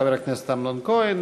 חבר הכנסת אמנון כהן,